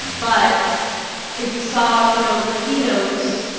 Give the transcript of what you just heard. but if you saw, you know, latinos,